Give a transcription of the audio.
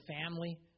family